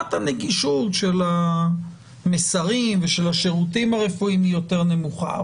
שרמת הנגישות של המסרים ושל השירותים הרפואיים היא יותר נמוכה.